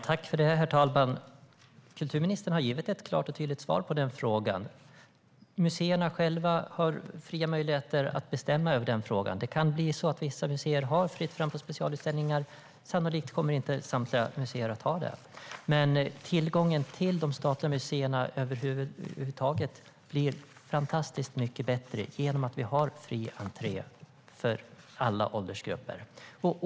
Herr talman! Kulturministern har givit ett klart och tydligt svar på frågan. Museerna har frihet att själva bestämma över frågan. Det kan bli så att vissa museer har fritt fram på specialutställningar, men sannolikt kommer inte samtliga museer att ha det. Men tillgången till de statliga museerna över huvud taget blir fantastiskt mycket bättre genom att vi har fri entré för alla åldersgrupper.